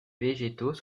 végétaux